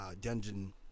dungeon